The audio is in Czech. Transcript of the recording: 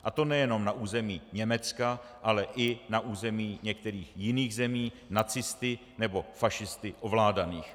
A to nejenom na území Německa, ale i na území některých jiných zemí nacisty nebo fašisty ovládaných.